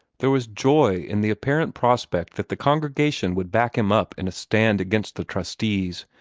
there was joy in the apparent prospect that the congregation would back him up in a stand against the trustees,